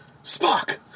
Spock